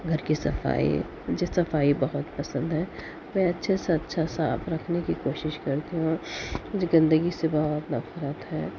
گھر کی صفائی مجھے صفائی بہت پسند ہے میں اچھے سے اچھا صاف رکھنے کی کوشش کرتی ہوں مجھے گندگی سے بہت نفرت ہے